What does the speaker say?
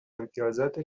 امتیازات